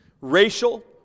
racial